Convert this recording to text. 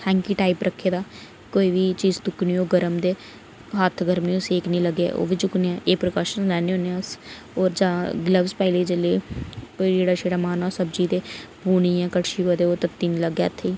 hanky type रक्खे दा कोई बी चीज़ तुप्पनी होऐ अगर ते हत्थ गरम निं लग्गे सेक एह् प्रकाऊशन लाने होने आं अस होर जां गलव्स पाई लै जेल्लै कोई रेड़ा मारना सब्जी ते पूनी ते कड़छी होऐ ओह् तत्ती निं लग्गै हत्थै ई